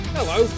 Hello